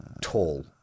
Tall